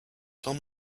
tell